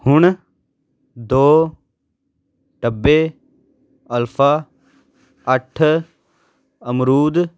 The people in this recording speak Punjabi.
ਹੁਣ ਦੋ ਡੱਬੇ ਅਲਫਾ ਅੱਠ ਅਮਰੂਦ